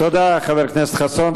תודה, חבר הכנסת חסון.